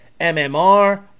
MMR